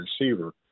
receiver